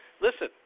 Listen